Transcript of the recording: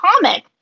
comic